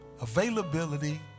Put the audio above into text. Availability